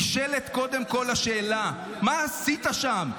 נשאלת קודם כול השאלה, מה עשית שם?